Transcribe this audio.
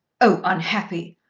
oh, unhappy!